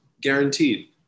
guaranteed